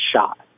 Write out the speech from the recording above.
shot